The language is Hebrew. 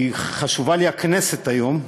כי חשובה לי הכנסת היום,